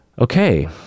okay